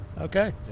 Okay